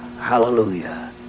Hallelujah